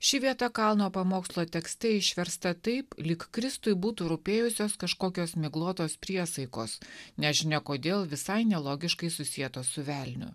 ši vieta kalno pamokslo tekste išversta taip lyg kristui būtų rūpėjusios kažkokios miglotos priesaikos nežinia kodėl visai nelogiškai susietos su velniu